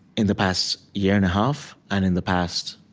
in the past year and a half and in the past